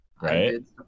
right